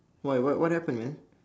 why what what happened man